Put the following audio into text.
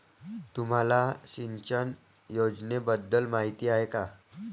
तुम्हाला सिंचन योजनेबद्दल माहिती आहे का?